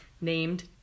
named